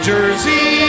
Jersey